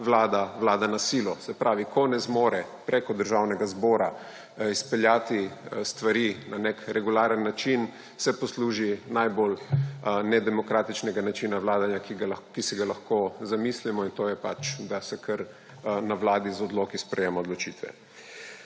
vlada na silo. Se pravi, ko ne zmore preko Državnega zbora izpeljati stvari na nek regularen način, se posluži najbolj nedemokratičnega načina vladanja, ki si ga lahko zamislimo, to je pač, da se kar na Vladi z odloki sprejema odločitve.